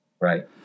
Right